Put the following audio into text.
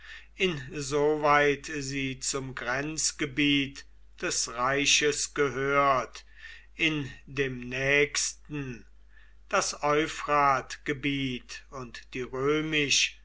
insoweit sie zum grenzgebiet des reiches gehört in dem nächsten das euphratgebiet und die